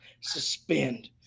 Suspend